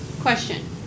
Question